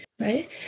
right